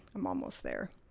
i'm almost there,